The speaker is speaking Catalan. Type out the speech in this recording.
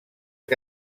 que